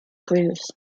grooves